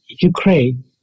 Ukraine